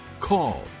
call